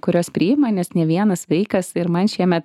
kurios priima nes ne vienas vaikas ir man šiemet